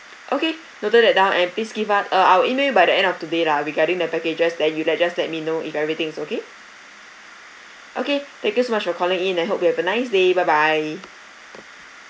okay noted that down and please give us uh I will email it by the end of today lah regarding the packages then you like just let me know if everything is okay okay thank you so much for calling in I hope you have a nice day bye bye